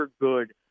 good